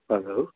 hello